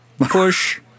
Push